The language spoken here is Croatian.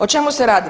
O čemu se radi?